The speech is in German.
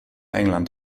england